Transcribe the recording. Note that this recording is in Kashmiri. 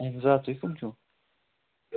اَہَن حظ آ تُہۍ کٕم چھِو